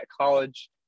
college